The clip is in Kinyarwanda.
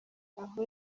aho